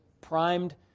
primed